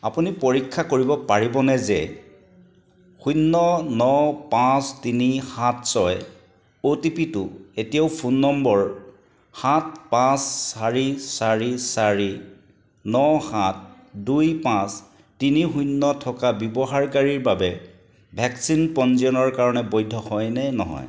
আপুনি পৰীক্ষা কৰিব পাৰিবনে যে শূন্য ন পাঁচ তিনি সাত ছয় অ' টি পিটো এতিয়াও ফোন নম্বৰ সাত পাঁচ চাৰি চাৰি চাৰি ন সাত দুই পাঁচ তিনি শূন্য থকা ব্যৱহাৰকাৰীৰ বাবে ভেকচিন পঞ্জীয়নৰ কাৰণে বৈধ হয় নে নহয়